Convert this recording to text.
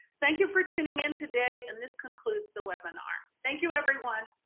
thank you fortuning in today and this concludes the webinar. thank you everyone.